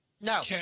No